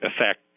affect